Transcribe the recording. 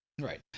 right